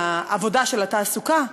העבודה, של התעסוקה,